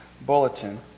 bulletin